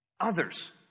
others